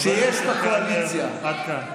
חבר הכנסת קלנר, עד כאן.